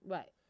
Right